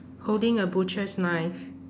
holding a butcher's knife